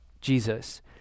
Jesus